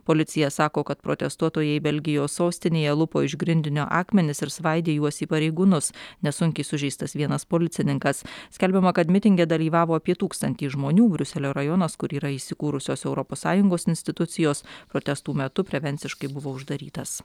policija sako kad protestuotojai belgijos sostinėje lupo iš grindinio akmenis ir svaidė juos į pareigūnus nesunkiai sužeistas vienas policininkas skelbiama kad mitinge dalyvavo apie tūkstantį žmonių briuselio rajonas kur yra įsikūrusios europos sąjungos institucijos protestų metu prevenciškai buvo uždarytas